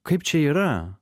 kaip čia yra